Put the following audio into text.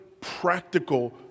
practical